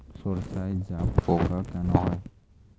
সর্ষায় জাবপোকা কেন হয়?